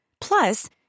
Plus